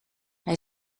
hij